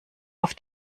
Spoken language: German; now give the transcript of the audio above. auf